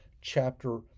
chapter